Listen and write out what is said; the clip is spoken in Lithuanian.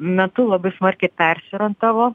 metu labai smarkiai persiorientavo